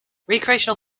recreational